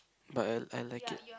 but I I like it